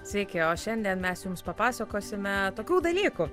sveiki o šiandien mes jums papasakosime tokių dalykų